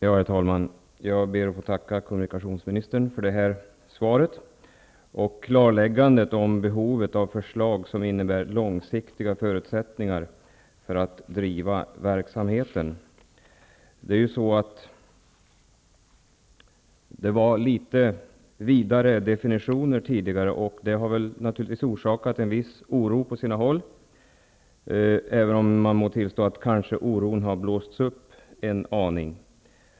Herr talman! Jag ber att få tacka kommunikationsministern för svaret och klarläggandet om behovet av förslag som ger förutsättningar för att långsiktigt driva den här verksamheten. Definitionerna var tidigare litet vidare, och det har naturligtvis på sina håll orsakat en viss oro, även om man må tillstå att oron kanske har blåsts upp en aning.